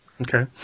Okay